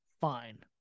fine